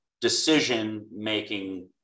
decision-making